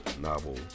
novel